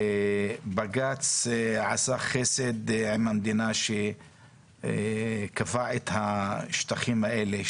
בג"ץ עשה חסד עם המדינה כשקבע את השטחים האלה,